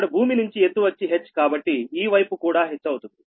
అక్కడ భూమి నుంచి ఎత్తు వచ్చి h కాబట్టి ఈ వైపు కూడా h అవుతుంది